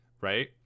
right